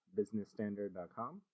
businessstandard.com